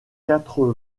quatre